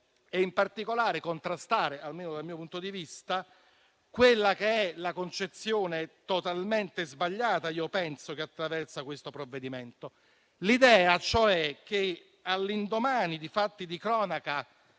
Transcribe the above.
e, in particolare, contrastare, almeno dal mio punto di vista, la concezione totalmente sbagliata che attraversa questo provvedimento, ossia l'idea che, all'indomani di fatti di cronaca